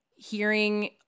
Hearing